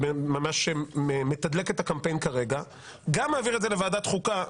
שממש מתדלק את הקמפיין כרגע; גם מעביר את זה לוועדת החוקה,